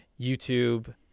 YouTube